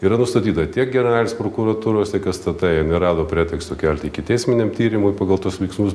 yra nustatyta tiek generalinės prokuratūros tiek stt jie nerado preteksto kelti ikiteisminiam tyrimui pagal tuos veiksmus